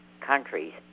countries